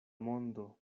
mondo